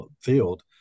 field